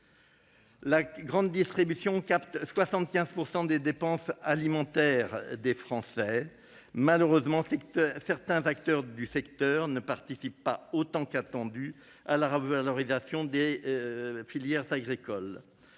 La grande distribution capte 75 % des dépenses alimentaires des Français. Malheureusement, certains acteurs du secteur ne participent pas autant qu'attendu à la revalorisation des filières agricoles.